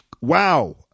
wow